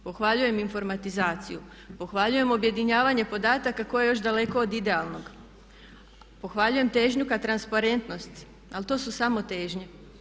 Pohvaljujem informatizaciju, pohvaljujem objedinjavanje podataka koje je još daleko od idealnog, pohvaljujem težnju ka transparentnosti, ali to su samo težnje.